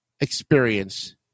experience